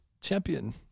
champion